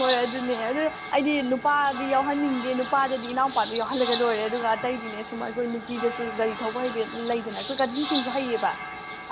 ꯍꯣꯏ ꯑꯗꯨꯅꯦ ꯑꯗꯨ ꯑꯩꯗꯤ ꯅꯨꯄꯥꯗꯤ ꯌꯥꯎꯍꯟꯅꯤꯡꯗꯦ ꯅꯨꯄꯥꯗꯗꯤ ꯏꯅꯥꯎꯄꯥꯗꯨ ꯌꯥꯎꯍꯜꯂꯒ ꯂꯣꯏꯔꯦ ꯑꯗꯨꯒ ꯑꯇꯩꯗꯤꯅꯦ ꯁꯨꯝ ꯑꯩꯈꯣꯏ ꯅꯨꯄꯤꯗꯁꯨ ꯒꯥꯔꯤ ꯊꯧꯕ ꯍꯩꯕ ꯂꯩꯗꯅ ꯑꯩꯈꯣꯏ ꯀꯖꯤꯟꯁꯤꯡꯁꯨ ꯍꯩꯌꯦꯕ